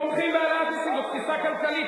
תומכים בהעלאת מסים, זאת תפיסה כלכלית.